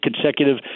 consecutive